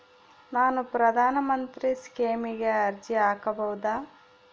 ನಾನು ಪ್ರಧಾನ ಮಂತ್ರಿ ಸ್ಕೇಮಿಗೆ ಅರ್ಜಿ ಹಾಕಬಹುದಾ?